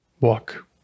walk